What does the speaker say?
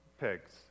pigs